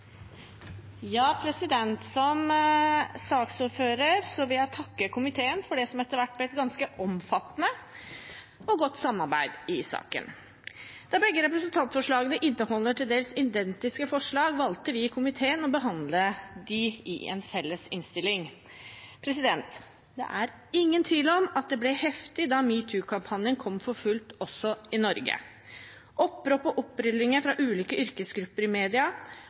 saksordfører vil jeg takke komiteen for det som etter hvert ble et ganske omfattende og godt samarbeid i saken. Da representantforslagene inneholder til dels identiske forslag, valgte vi i komiteen å behandle dem i en felles innstilling. Det er ingen tvil om at det ble heftig da metoo-kampanjen kom for fullt også i Norge – opprop og opprullinger fra ulike yrkesgrupper i media,